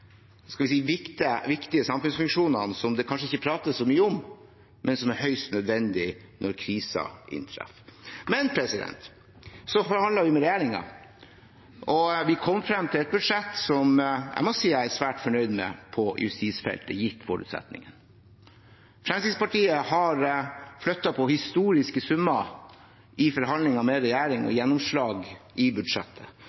viktige samfunnsfunksjonene som det kanskje ikke prates så mye om, men som er høyst nødvendig når kriser inntreffer. Vi har forhandlet med regjeringen, og vi kom frem til et budsjett på justisfeltet som jeg må si jeg er svært fornøyd med, gitt forutsetningene. Fremskrittspartiet har flyttet på historiske summer i forhandlingene med regjeringen og